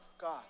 God